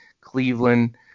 Cleveland –